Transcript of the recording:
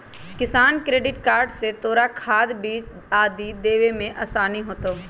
किसान credit card से तोरा खाद, बीज आदि लेवे में आसानी होतउ